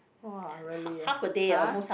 !wah! really ah !huh!